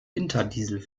winterdiesel